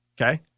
okay